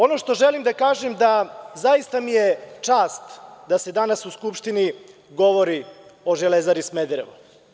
Ono što želim da kažem da mi je zaista čast da se danas u Skupštini govori o „Železari Smederevo“